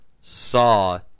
saw